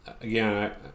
Again